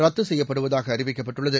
ரத்து செய்யப்படுவதாக அறிவிக்கப்பட்டுள்ளது